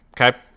Okay